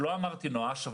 לא אמרתי נואש,